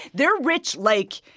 they're rich like,